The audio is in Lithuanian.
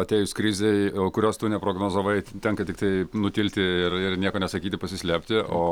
atėjus krizei kurios tu neprognozavai tenka tiktai nutilti ir ir nieko nesakyti pasislėpti o